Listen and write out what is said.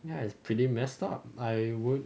ya it's pretty messed up I would